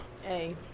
hey